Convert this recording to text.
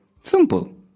simple